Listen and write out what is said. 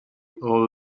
all